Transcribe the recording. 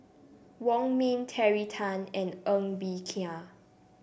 Wong Ming Terry Tan and Ng Bee Kia